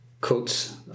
quotes